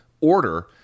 order